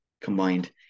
combined